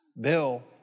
bill